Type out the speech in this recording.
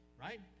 right